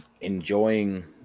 enjoying